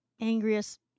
angriest